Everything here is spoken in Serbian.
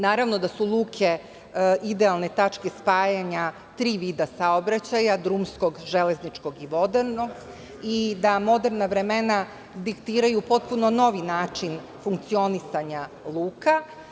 Naravno da su luke idealne tačke spajanja tri vida saobraćaja - drumskog, železničkog i vodenog i da moderna vremena diktiraju potpuno novi način funkcionisanja luka.